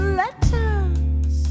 letters